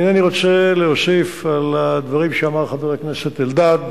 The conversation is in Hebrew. אינני רוצה להוסיף על הדברים שאמר חבר הכנסת אלדד.